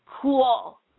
cool